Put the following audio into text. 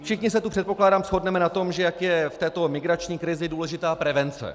Všichni se tu, předpokládám, shodneme na tom, jak je v této migrační krizi důležitá prevence.